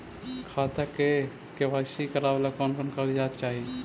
खाता के के.वाई.सी करावेला कौन कौन कागजात चाही?